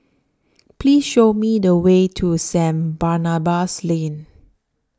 Please Show Me The Way to Saint Barnabas Lane